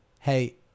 Hey